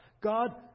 God